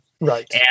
Right